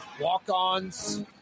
Walk-ons